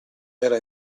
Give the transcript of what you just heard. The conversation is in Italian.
era